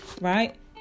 right